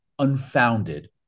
unfounded